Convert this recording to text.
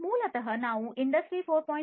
ಮೂಲತಃ ನಾವು ಇಂಡಸ್ಟ್ರಿ 4